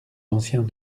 anciens